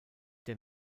der